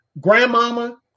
Grandmama